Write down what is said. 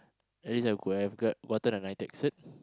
at least I could have grabbed gotten a N_I_T_E_C cert